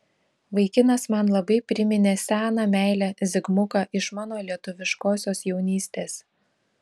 vaikinas man labai priminė seną meilę zigmuką iš mano lietuviškosios jaunystės